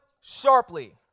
sharply